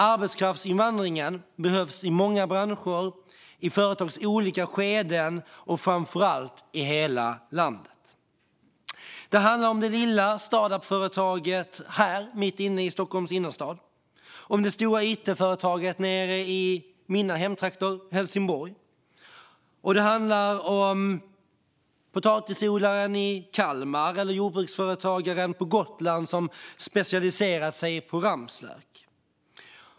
Arbetskraftsinvandringen behövs i många branscher, i företags olika skeden och framför allt i hela landet. Det handlar om det lilla startup-företaget här mitt inne i Stockholms innerstad och om det stora it-företaget nere i mina hemtrakter i Helsingborg. Det handlar om potatisodlaren i Kalmar eller jordbruksföretagaren på Gotland som specialiserat sig på ramslök.